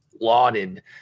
lauded